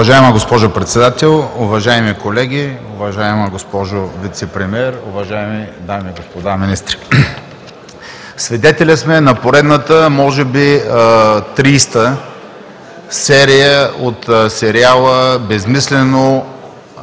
Уважаема госпожо Председател, уважаеми колеги, уважаема госпожо Вицепремиер, уважаеми дами и господа министри! Свидетели сме на поредната може би 30-та серия от сериала „безсмислено